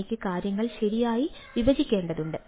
എനിക്ക് കാര്യങ്ങൾ ശരിയായി വിഭജിക്കേണ്ടതുണ്ട്